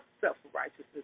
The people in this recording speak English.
self-righteousness